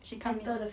she come in